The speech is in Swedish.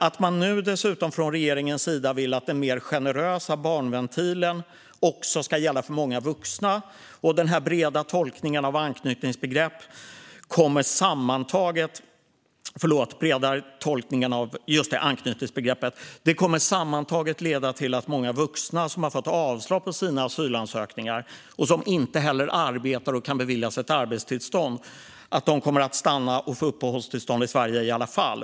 Att regeringen nu dessutom vill att den mer generösa barnventilen också ska gälla för många vuxna kommer med den breda tolkningen av anknytningsbegreppet sammantaget att leda till att många vuxna som har fått avslag på sina asylansökningar och som inte heller arbetar och kan beviljas ett arbetstillstånd kan stanna och få uppehållstillstånd i Sverige i alla fall.